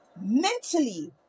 mentally